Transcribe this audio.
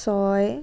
ছয়